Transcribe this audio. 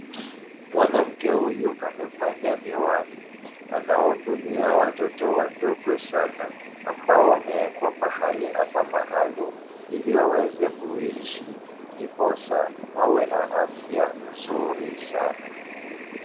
Mwanamke huyu amevalia miwani. Anahudumia watoto wadogo sana ambao wameekwa pahali hapa maalum ili waweze kuishi ndiposa wawe na afya nzuri sana.